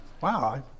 wow